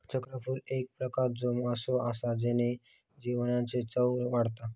चक्रफूल एक प्रकारचो मसालो हा जेना जेवणाची चव वाढता